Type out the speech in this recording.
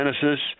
Genesis